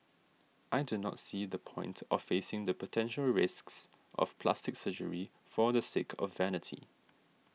I do not see the point of facing the potential risks of plastic surgery for the sake of vanity